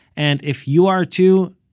and if you are too,